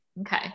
Okay